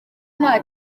nta